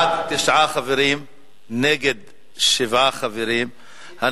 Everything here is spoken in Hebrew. תשעה חברים בעד, שבעה חברים נגד.